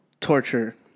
Torture